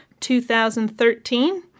2013